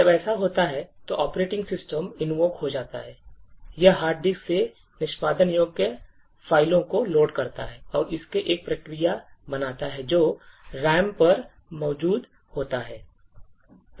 जब ऐसा होता है तो operation system invoke हो जाता है यह hard disk से निष्पादन योग्य फ़ाइलों को लोड करता है और इससे एक प्रक्रिया बनाता है जो RAM पर मौजूद होता है